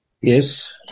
Yes